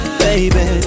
baby